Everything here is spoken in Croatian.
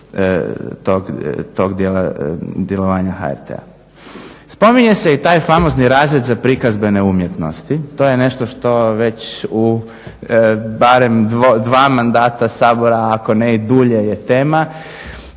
tog djelovanja HRT-a. Spominje se i taj famozni razred za prikazbene umjetnosti. To je nešto što već u barem dva mandata Sabora ako ne i dulje je tema.